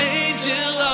angel